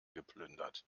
geplündert